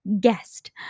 guest